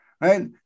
right